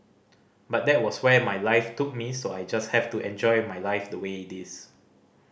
but that was where my life took me so I just have to enjoy my life the way it is